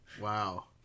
Wow